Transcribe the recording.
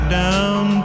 down